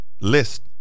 list